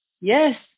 yes